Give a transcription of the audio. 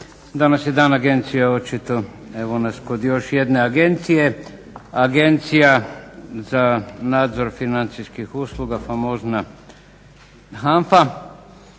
Danas je dan agencije očito, evo nas kod još jedne agencije, Agencija za nadzor financijskih usluga famozna HANFA